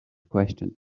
question